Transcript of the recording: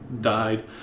died